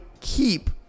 keep